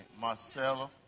Marcella